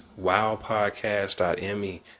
Wowpodcast.me